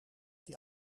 die